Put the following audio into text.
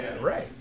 right